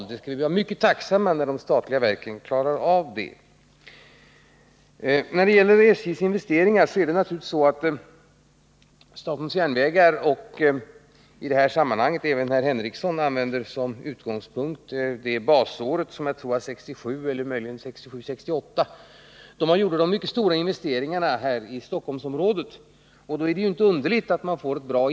När det gäller SJ:s investeringar är det inte underligt att man får ett bra index, när man som herr Henricsson i det här sammanhanget som utgångspunkt använder det basår — jag tror det är 1967 eller möjligen 1968 — då man gjorde mycket stora investeringar i Stockholmsområdet.